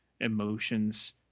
emotions